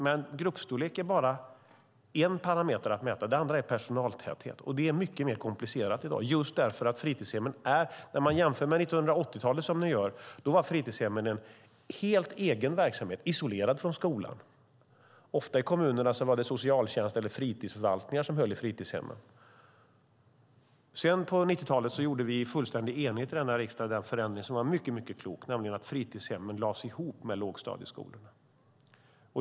Men gruppstorlek är bara en parameter att mäta. Den andra är personaltäthet, vilket är mycket mer komplicerat i dag. Ni jämför med 1980-talet. Då var fritidshemmen en helt egen verksamhet, isolerad från skolan. Ofta var det i kommunerna socialtjänsten eller fritidsförvaltningen som höll i fritidshemmen. På 90-talet genomförde vi i denna riksdag i fullständig enighet en förändring som var mycket klok, nämligen att fritidshemmen lades ihop med lågstadieskolorna.